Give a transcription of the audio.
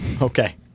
Okay